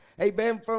Amen